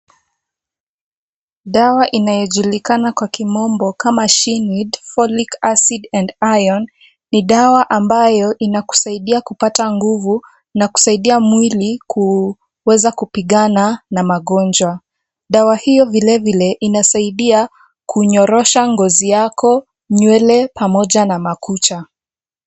Dawa inayojulikana kwa kimombo kama She need, folic acid, and iron ni dawa ambayo inakusaidia kupata nguvu na kusaidia mwili kuweza kupigana na magonjwa. Dawa hiyo vilevile inasaidia kunyorosha ngozi yako, nywele, pamoja na makucha.